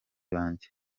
banjye